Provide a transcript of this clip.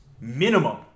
minimum